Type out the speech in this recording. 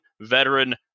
veteran